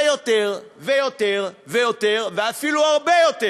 ויותר ויותר ויותר, ואפילו הרבה יותר,